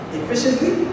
efficiently